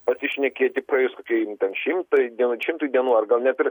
pasišnekėti praėjus kokiem ten šimtai dien šimtui dienų ar gal net ir